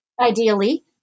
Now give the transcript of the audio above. ideally